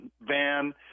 van